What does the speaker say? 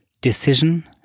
decision